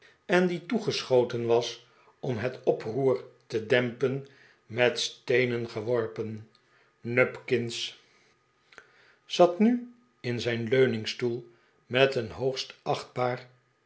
en die toegeschoten was om het oproer te dempen met steenen geworpen nupkins zat nu in zijn leuningstoel met een hoogst achtbaar